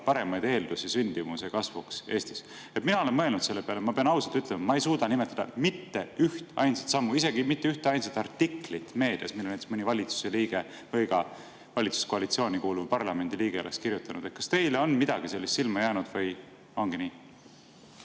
paremaid eeldusi sündimuse kasvuks Eestis? Mina olen selle peale mõelnud ja pean ausalt ütlema, et ma ei suuda nimetada ühtainsatki sellist sammu, isegi mitte ainsat sellekohast artiklit meedias, mille mõni valitsuse liige või ka valitsuskoalitsiooni kuuluv parlamendi liige oleks kirjutanud. Kas teile on midagi sellist silma jäänud või see ongi nii,